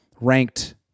ranked